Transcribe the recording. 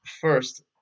first